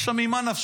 עכשיו, ממה נפשך?